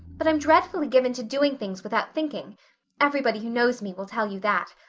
but i'm dreadfully given to doing things without thinking everybody who knows me will tell you that.